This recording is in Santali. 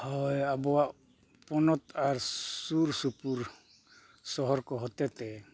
ᱦᱳᱭ ᱟᱵᱚᱣᱟᱜ ᱯᱚᱱᱚᱛ ᱟᱨ ᱥᱩᱨᱼᱥᱩᱯᱩᱨ ᱥᱚᱦᱚᱨ ᱠᱚ ᱦᱚᱛᱮ ᱛᱮ